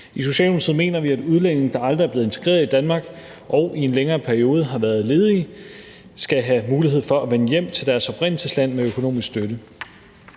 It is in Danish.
I Socialdemokratiet mener vi, at udlændinge, der aldrig er blevet integreret i Danmark, og som i en længere periode har været ledige, skal have mulighed for at vende hjem til deres oprindelsesland med økonomisk støtte.